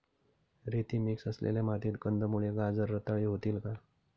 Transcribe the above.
रेती मिक्स असलेल्या मातीत कंदमुळे, गाजर रताळी होतील का?